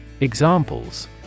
Examples